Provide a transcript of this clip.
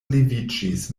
leviĝis